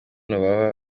baba